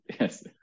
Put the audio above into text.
yes